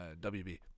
wb